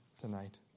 tonight